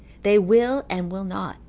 they will and will not,